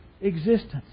existence